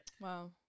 Wow